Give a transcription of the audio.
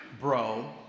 bro